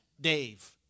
Dave